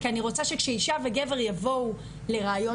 כי אני רוצה שכשאישה וגבר יבואו לראיון